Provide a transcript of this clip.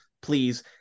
please